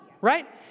right